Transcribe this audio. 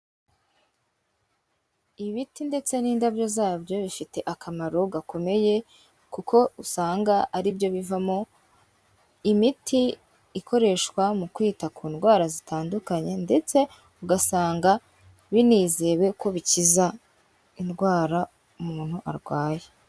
Ibiti ndetse n'indabyo zabyo bifite akamaro gakomeye, kuko usanga aribyo bivamo imiti ikoreshwa mu kwita ku ndwara zitandukanye, ndetse ugasanga binizewe ko bikiza indwara umuntu arwaye.